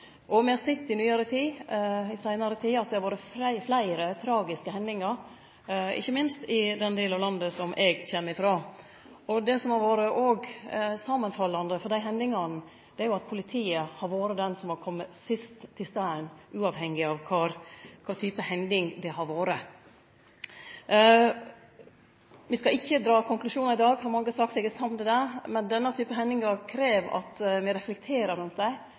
Me har i seinare tid sett at det har vore fleire tragiske hendingar, ikkje minst i den delen av landet som eg kjem frå. Det samanfallande for dei hendingane er at politiet har vore dei som har kome sist til staden uavhengig av kva type hending det har vore. Me skal ikkje dra konklusjonar i dag, har mange sagt. Eg er samd i det. Men denne type hendingar krev at me reflekterer rundt det og lærer av dei,